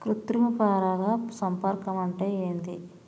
కృత్రిమ పరాగ సంపర్కం అంటే ఏంది?